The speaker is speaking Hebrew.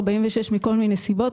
מכל מיני סיבות.